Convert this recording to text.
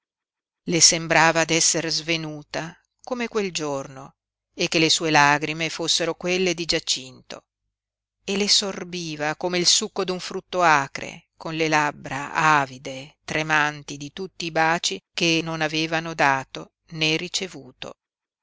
le sembrava d'esser svenuta come quel giorno e che le sue lagrime fossero quelle di giacinto e le sorbiva come il succo d'un frutto acre con le labbra avide tremanti di tutti i baci che non avevano dato né ricevuto